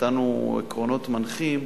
נתנו עקרונות מנחים,